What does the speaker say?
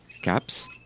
Caps